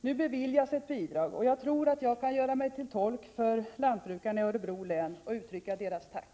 Nu beviljas ett bidrag, och jag tror att jag kan göra mig till tolk för lantbrukarna i Örebro län och uttrycka deras tack.